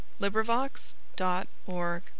LibriVox.org